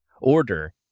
order